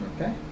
Okay